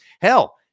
Hell